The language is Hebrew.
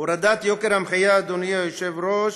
הורדת יוקר המחיה, אדוני היושב-ראש,